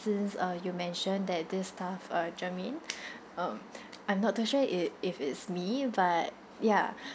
since uh you mention that this staff uh germaine um I'm not too sure it if it's me but ya